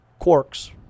quarks